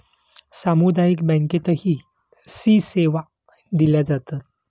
सामुदायिक बँकेतही सी सेवा दिल्या जातात